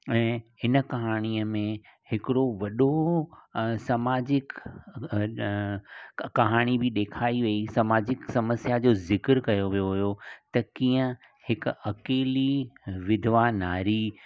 ऐं हिन कहाणीअ में हिकिड़ो वॾो समाजिक कहाणी बि डेखारी वेई समाजिक समस्या जो जिकरु कयो वियो हो त कीअं हिकु अकेली विधवा नारी